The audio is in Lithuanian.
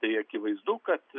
tai akivaizdu kad